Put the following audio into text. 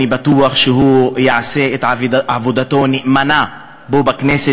לעבד אל חכים